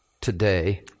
today